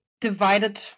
divided